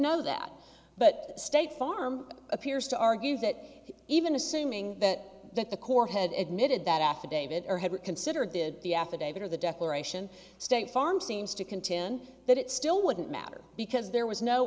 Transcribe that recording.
know that but state farm appears to argue that even assuming that the corps had admitted that affidavit or had considered did the affidavit or the declaration state farm seems to contin that it still wouldn't matter because there was no